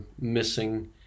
missing